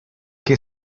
que